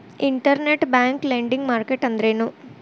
Internet bank lending market ಅಂದ್ರೇನು?